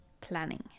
planning